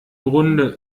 grunde